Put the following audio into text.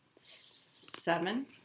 seven